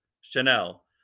chanel